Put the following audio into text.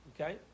Okay